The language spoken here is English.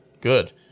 Good